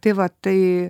tai va tai